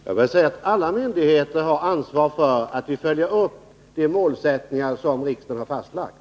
Herr talman! Alla myndigheter har ansvar för att vi följer upp besluten och når de målsättningar som riksdagen har fastlagt.